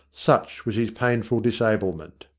such was his painful disablement.